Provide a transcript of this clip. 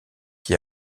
qui